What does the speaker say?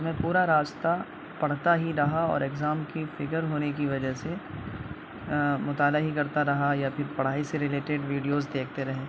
میں پورا راستہ پڑھتا ہی رہا اور اگزام کی فکر ہونے کی وجہ سے مطالعہ ہی کرتا رہا یا پھر پڑھائی سے ریلیٹڈ ویڈیوز دیکھتے رہے